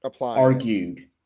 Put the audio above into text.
argued